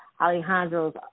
Alejandro's